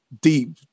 deep